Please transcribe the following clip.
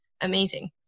amazing